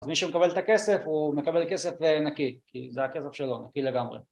אז מי שמקבל את הכסף הוא מקבל כסף נקי כי זה הכסף שלו, נקי לגמרי